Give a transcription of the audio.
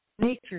Nature